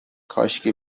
کاشکی